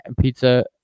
pizza